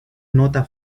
nota